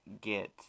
get